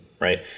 right